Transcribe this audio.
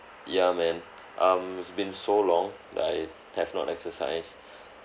ya man um it's been so long that I have not exercise